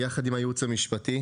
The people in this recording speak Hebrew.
יחד עם הייעוץ המשפטי,